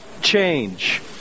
change